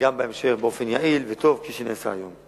גם בהמשך באופן יעיל וטוב, כפי שנעשה היום.